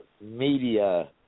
media